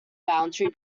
bounty